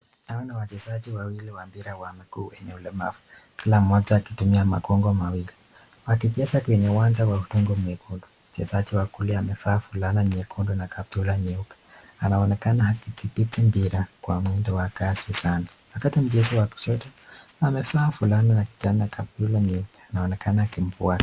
Hawa ni wachezaji wa mpira wa mguu wenye ulemavu, kila mmoja akitumia makongo mawili. Wakicheza kwenye uwanja wa udongo mwekundu. Mchezaji wa kulia amevaa fulana nyekundu na kaptura nyeupe anaonekana akidhibiti mpira kwa mwendo wa kasi sana. Mchezaji wa upande wa kushoto amevaa fulana ya kijani na kaptura nyeupe, anaonekana akimfuata.